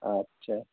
अच्छा